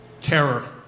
Terror